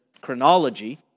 chronology